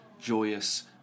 joyous